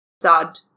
thud